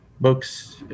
books